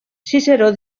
ciceró